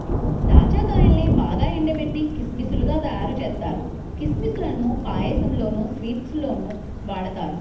దాచ్చా కాయల్నే బాగా ఎండబెట్టి కిస్మిస్ లుగా తయ్యారుజేత్తారు, కిస్మిస్ లను పాయసంలోనూ, స్వీట్స్ లోనూ వాడతారు